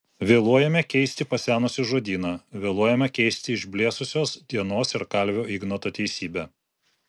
vėluojame keisti pasenusį žodyną vėluojame keisti išblėsusios dienos ir kalvio ignoto teisybę